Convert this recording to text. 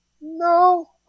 no